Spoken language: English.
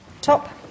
top